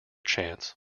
chants